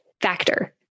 factor